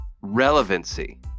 Relevancy